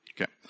Okay